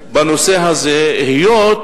בנושא הזה, היות